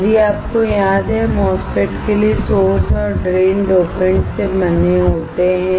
यदि आपको याद है MOSFET के लिए सोर्स और ड्रेन डोपेंट से बने होते हैं